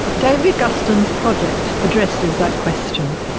david guston's project addresses that question.